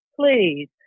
Please